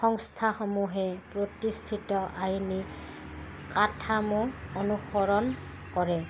সংস্থাসমূহে প্ৰতিষ্ঠিত আইনী কাঠসমূহ অনুসৰণ কৰে